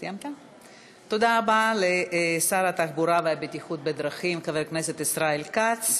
תודה רבה לשר התחבורה והבטיחות בדרכים חבר הכנסת ישראל כץ.